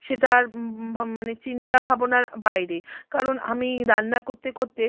সেটা আর মানে চিন্তা ভাবনার বাইরে কারণ আমি রান্না করতে করতে